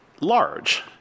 large